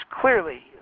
clearly